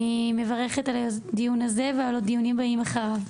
ואני מברכת על הדיון הזה ועל עוד דיונים הבאים אחריו.